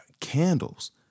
candles